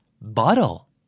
Bottle